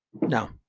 no